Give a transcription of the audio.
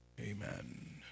amen